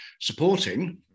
supporting